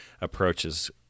approaches